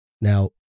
Now